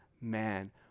man